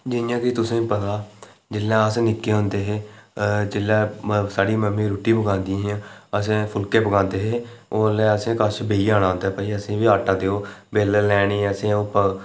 जि'यां कि तुसें गी पता जेल्लै अस निक्के होंदे हे जेल्लै साढ़ी मम्मी रुट्टी पकांदी हियां ओह् जेल्लै फुलके पकांदे हे ओल्लै असें कश बेही जाना उंदे कि असें गी बी आटा देओ बेलन लेनी असें बी